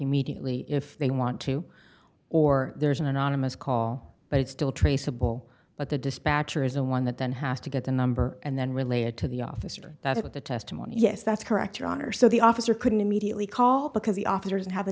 immediately if they want to or there's an anonymous call but it's still traceable but the dispatcher is a one that then has to get the number and then related to the officer that at the testimony yes that's correct your honor so the officer couldn't immediately call because the officers have